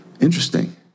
Interesting